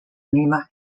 lima